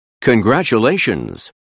Congratulations